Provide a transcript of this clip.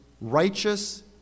righteous